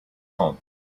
home